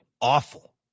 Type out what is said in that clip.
awful